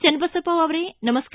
ಚನ್ನಬಸಪ್ಪ ಅವರೇ ನಮಸ್ಕಾರ